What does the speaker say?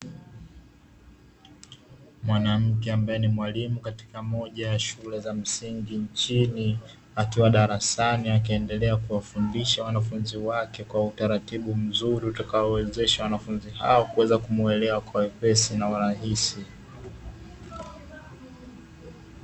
Mwanamke ambaye ni mwalimu katika moja ya shule za msingi nchini, akiwa darasani akiendelea kuwafundisha wanafunzi wake kwa utaratibu mzuri unaowawezesha wanafunzi hao kuweza kumuelewa kwa wepesi na urahisi.